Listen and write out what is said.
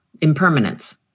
impermanence